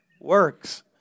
works